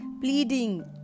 pleading